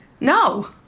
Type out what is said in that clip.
No